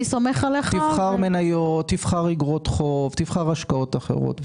תבחר מניות, תבחר אגרות חוב, תבחר השקעות אחרות.